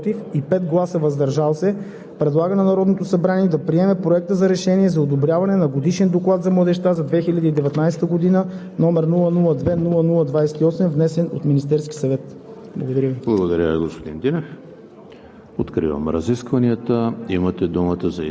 Въз основа на дискусията и в резултат на проведеното гласуване Комисията по регионална политика, благоустройство и местно самоуправление с 10 гласа „за“, без „против“ и 5 гласа „въздържал се“ предлага на Народното събрание да приеме Проекта за решение за одобряване на Годишен доклад за младежта за 2019 г.,